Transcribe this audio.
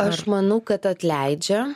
aš manau kad atleidžia